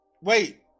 Wait